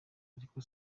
ariko